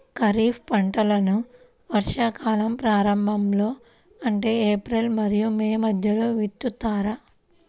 ఖరీఫ్ పంటలను వర్షాకాలం ప్రారంభంలో అంటే ఏప్రిల్ మరియు మే మధ్యలో విత్తుతారు